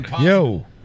Yo